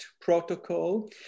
protocol